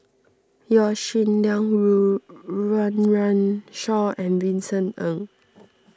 Yaw Shin Leong rule Run Run Shaw and Vincent Ng